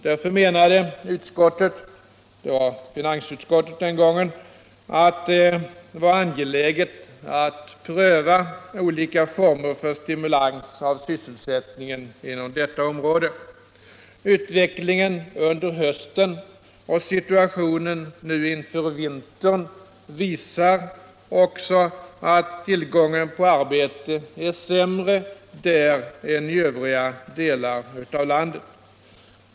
Därför menade finansutskottet att det var angeläget att pröva olika former för stimulans av sysselsättningen inom de områdena. Utvecklingen under hösten och situationen inför vintern visar också att tillgången på arbete är sämre där än i övriga delar av landet.